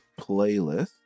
playlist